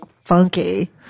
funky